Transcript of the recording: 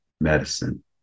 medicine